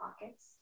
Pockets